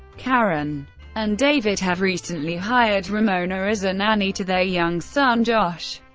karen and david have recently hired ramona as a nanny to their young son josh.